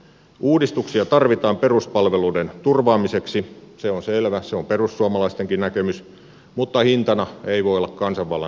uudistuksia tarvitaan peruspalveluiden turvaamiseksi se on selvä se on perussuomalaistenkin näkemys mutta hintana ei voi olla kansanvallan kaventuminen